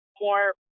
more